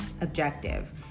objective